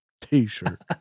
t-shirt